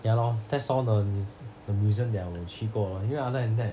ya lor that's all the mus~ the museum that 我有去过因为 other than that